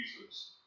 Jesus